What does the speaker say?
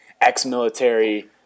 ex-military